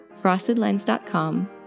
frostedlens.com